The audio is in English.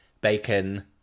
bacon